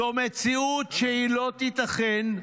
זו מציאות שלא תיתכן,